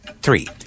Three